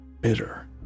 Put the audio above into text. bitter